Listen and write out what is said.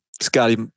Scotty